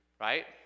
right